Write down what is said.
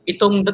Itong